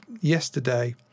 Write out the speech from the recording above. yesterday